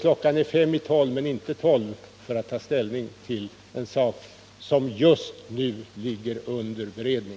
Klockan är fem i tolv men inte tolv för att ta ställning till en sak som just nu ligger under beredning.